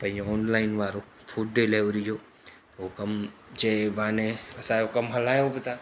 त इए ऑनलाइन वारो फूड डिलीवरी जो हो कम जे बहाने असांजो कम हलायो बि था